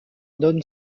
donne